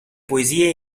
poesie